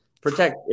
protect